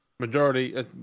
Majority